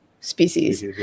species